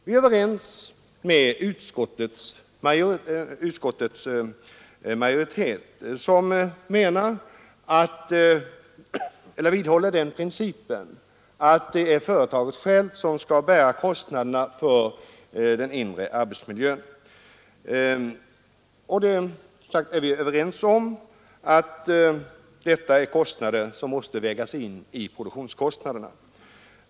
Vi är överens med utskottets majoritet som vidhåller den principen att det är företaget självt som skall bära kostnaderna för den inre arbetsmiljön. Vi är överens om att detta är kostnader som måste vägas in i produktionskostnaderna.